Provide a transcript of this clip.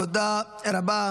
תודה רבה.